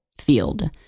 field